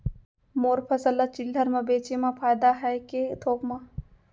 मोर फसल ल चिल्हर में बेचे म फायदा है के थोक म?